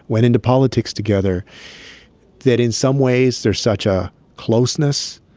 went into politics together that in some ways, there's such a closeness